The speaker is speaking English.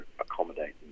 accommodate